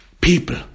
people